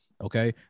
Okay